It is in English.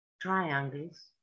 Triangles